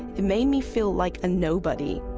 it made me feel like a nobody,